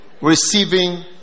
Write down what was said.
receiving